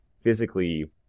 physically